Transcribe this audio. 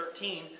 13